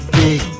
big